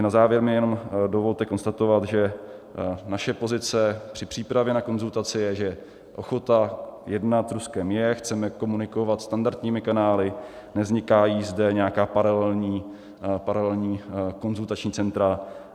Na závěr mi jenom dovolte konstatovat, že naše pozice při přípravě na konzultaci je, že ochota jednat s Ruskem je, chceme komunikovat standardními kanály, nevznikají zde nějaká paralelní konzultační centra.